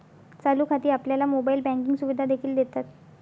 चालू खाती आपल्याला मोबाइल बँकिंग सुविधा देखील देतात